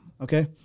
okay